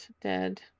dead